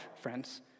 friends